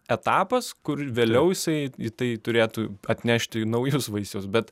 etapas kur vėliau jisai į tai turėtų atnešti naujus vaisius bet